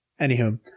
Anywho